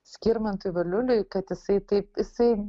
skirmantui valiuliui kad jisai taip jisai